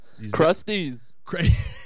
Crusties